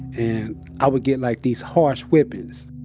and i would get like these harsh whippings.